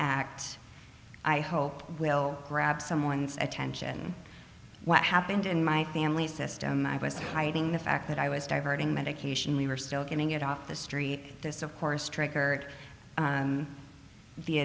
act i hope will grab someone's attention what happened in my family system i was hiding the fact that i was diverting medication we were still getting it off the street this of course triggered